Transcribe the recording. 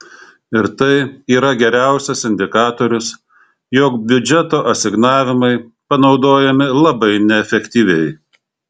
ir tai yra geriausias indikatorius jog biudžeto asignavimai panaudojami labai neefektyviai